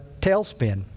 tailspin